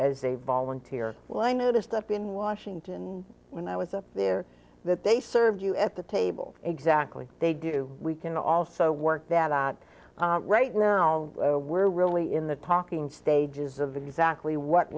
as a volunteer well i noticed up in washington when i was up there that they served you at the table exactly they do we can also work that out right now we're really in the talking stages of exactly what